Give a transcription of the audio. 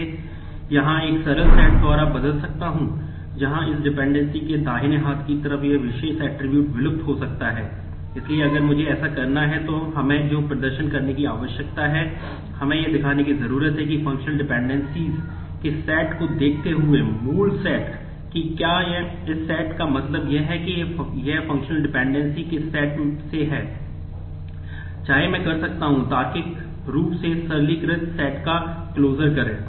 उदाहरण के लिए मान लें कि मेरे पास इस सेट करें